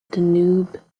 danube